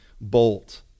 bolt